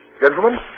Gentlemen